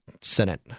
Senate